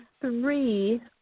three